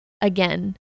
again